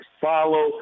follow